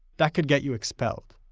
that could get you expelled.